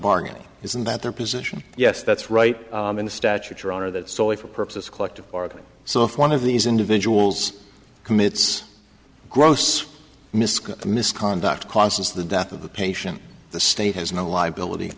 bargaining isn't that their position yes that's right in the statute your honor that story for purposes collective bargaining so if one of these individuals commits gross miska misconduct causes the death of the patient the state has no liability